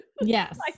Yes